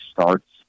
starts